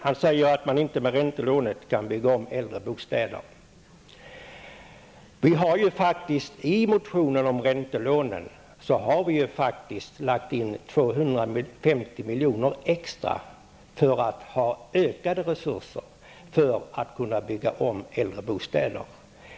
Han säger att man inte med räntelånet kan bygga om äldre bostäder. Vi har ju faktiskt i motionen om räntelånen lagt in 250 milj.kr. extra för att ge ökade resurser till ombyggnad av äldre bostäder.